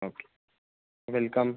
okay welcome